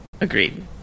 Agreed